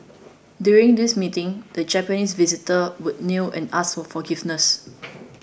during these meetings the Japanese visitors would kneel and ask for forgiveness